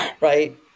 Right